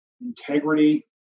integrity